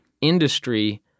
industry